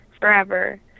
forever